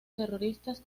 terroristas